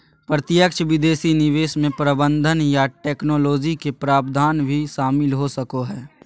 प्रत्यक्ष विदेशी निवेश मे प्रबंधन या टैक्नोलॉजी के प्रावधान भी शामिल हो सको हय